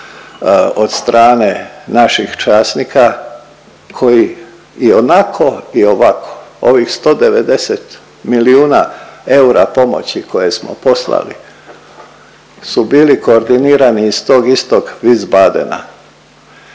od strane naših časnika koji i onako i ovako ovih 190 milijuna eura pomoći koje smo poslali su bili koordinirani iz tog istog Wiesbadena